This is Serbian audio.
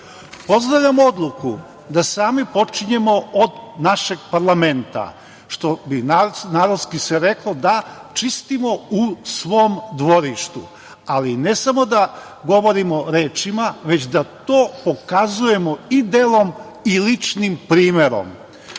ponaša. Pozdravljam odluku da sami počinjemo od našeg parlamenta, što bi se narodski reklo – da čistimo u svom dvorištu. Ali, ne samo da govorimo rečima, već da to pokazujemo i delom i ličnim primerom.